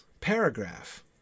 paragraph